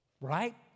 Right